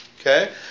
Okay